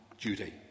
duty